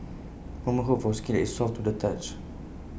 women hope for skin is soft to the touch